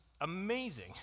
amazing